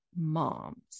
moms